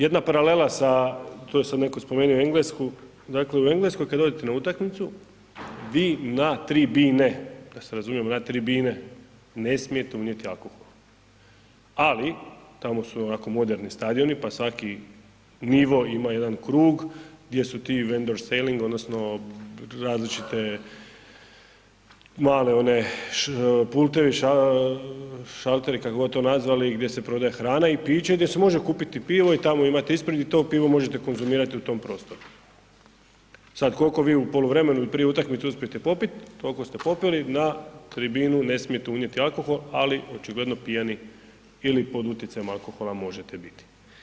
Jedna paralela sa, tu je sad neko spomenuo Englesku, dakle u Engleskoj kada odete na utakmicu vi na tribine, da se razumijemo na tribine ne smijete unijeti alkohol, ali tamo su ovako moderni stadioni, pa svaki nivo ima jedan krug gdje su ti vendor selling odnosno različite male one pultevi, šalteri, kako god to nazvali, gdje se prodaje hrana i piće, gdje se može kupiti pivo i tamo imate ispred i to pivo možete konzumirati u tom prostoru, sad kolko vi u poluvremenu ili prije utakmice uspijete popit, tolko ste popili, na tribinu ne smijete unijeti alkohol, ali očigledno pijani ili pod utjecajem alkohola možete biti.